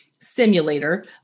simulator